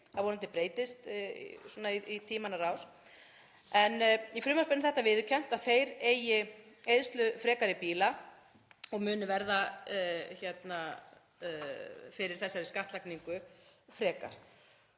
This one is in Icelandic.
það vonandi breytist í tímanna rás. En í frumvarpinu er viðurkennt að þeir eiga eyðslufrekari bíla og muni verða fyrir þessari skattlagningu frekar.